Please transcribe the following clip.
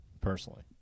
personally